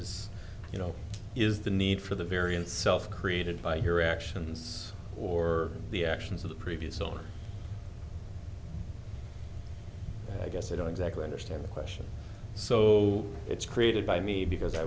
s you know is the need for the variance self created by your actions or the actions of the previous or i guess i don't exactly understand the question so it's created by me because i